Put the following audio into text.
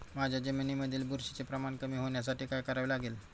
माझ्या जमिनीमधील बुरशीचे प्रमाण कमी होण्यासाठी काय करावे लागेल?